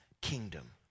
kingdom